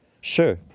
Sure